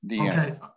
Okay